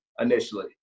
initially